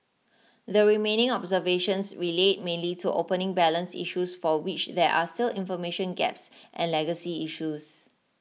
the remaining observations relate mainly to opening balance issues for which there are still information gaps and legacy issues